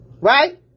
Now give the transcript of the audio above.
Right